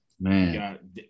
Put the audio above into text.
man